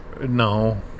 No